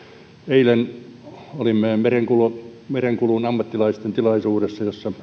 eilen olimme merenkulun merenkulun ammattilaisten tilaisuudessa jossa